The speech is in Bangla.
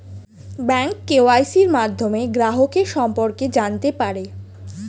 ব্যাঙ্ক কেওয়াইসির মাধ্যমে গ্রাহকের সম্পর্কে জানতে পারে